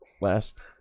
last